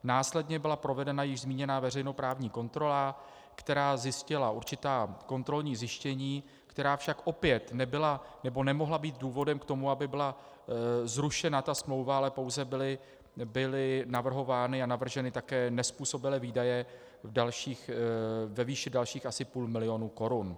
Následně byla provedena již zmíněná veřejnoprávní kontrola, která zjistila určitá kontrolní zjištění, která však opět nemohla být důvodem k tomu, aby byla zrušena ta smlouva, ale pouze byly navrhovány a navrženy také nezpůsobilé výdaje ve výši dalších asi půl milionu korun.